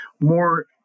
more